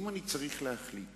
אם אני צריך להחליט